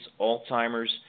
Alzheimer's